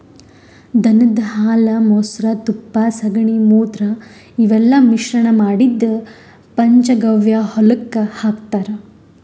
ದನದ್ ಹಾಲ್ ಮೊಸ್ರಾ ತುಪ್ಪ ಸಗಣಿ ಮೂತ್ರ ಇವೆಲ್ಲಾ ಮಿಶ್ರಣ್ ಮಾಡಿದ್ದ್ ಪಂಚಗವ್ಯ ಹೊಲಕ್ಕ್ ಹಾಕ್ತಾರ್